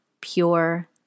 pure